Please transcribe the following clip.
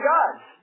God's